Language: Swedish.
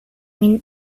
min